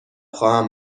خواهم